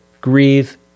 grieve